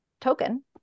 token